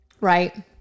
right